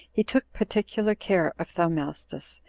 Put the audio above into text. he took particular care of thaumastus,